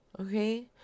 Okay